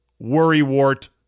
worrywart